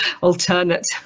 alternate